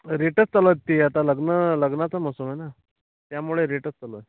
रेटच चालू आहेत ते आता लग्न लग्नाचा मौसम आहे ना त्यामुळे रेटच चालू आहे